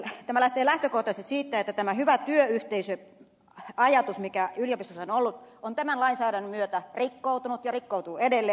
tämä lähtee lähtökohtaisesti siitä että tämä hyvä työyhteisöajatus joka yliopistoissa on ollut on tämän lainsäädännön myötä rikkoutunut ja rikkoutuu edelleen